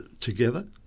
together